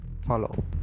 Follow